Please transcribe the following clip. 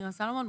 מירה סלומון,